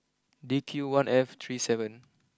D Q one F three seven